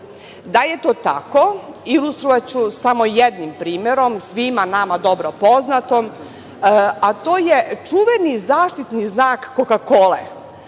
je to tako ilustrovaću samo jednim primerom svima nama dobro poznatom, a to je čuveni zaštitni znak „Koka Kole“